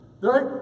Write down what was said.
right